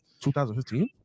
2015